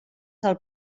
del